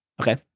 Okay